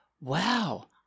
wow